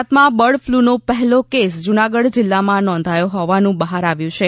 ગુજરાતમાં bird flu નો પહેલો કેસ જુનાગઢ જિલ્લામાં નોંધાયો હોવાનું બહાર આવ્યું છે